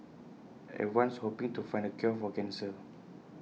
everyone's hoping to find the cure for cancer